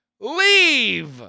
leave